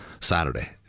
Saturday